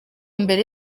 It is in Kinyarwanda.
mbere